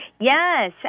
Yes